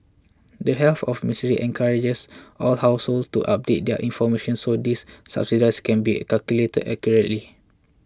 the Health of Ministry encourages all households to update their information so these subsidies can be calculated accurately